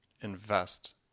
invest